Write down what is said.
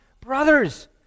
Brothers